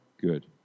good